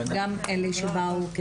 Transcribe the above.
גם אלה שבאו,